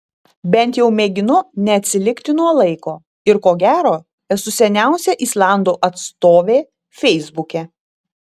bent jau mėginu neatsilikti nuo laiko ir ko gero esu seniausia islandų atstovė feisbuke